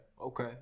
Okay